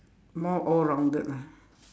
more all rounded lah